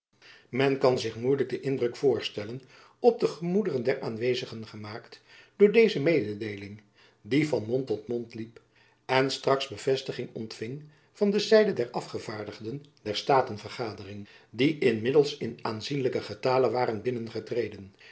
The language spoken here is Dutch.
men kan zich moeielijk den indruk voorstellen op de gemoederen der aanwezigen gemaakt door deze mededeeling die van mond tot mond liep en straks bevestiging ontfing van de zijde der afgevaardigden ter staten vergadering die inmiddels in aanzienlijken getale waren binnen